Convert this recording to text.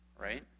Right